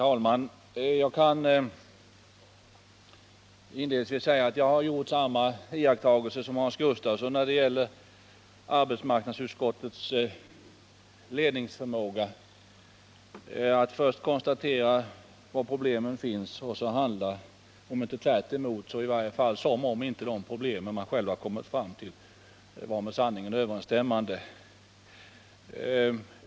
Herr talman! Jag har gjort samma iakttagelse som Hans Gustafsson när det gäller arbetsmarknadsutskottets slutledningsförmåga. Först konstaterar man var problemen finns, och så handlar man — om inte tvärtemot, så i varje fall som om dessa problem inte fanns.